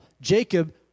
Jacob